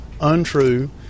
untrue